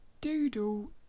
doodle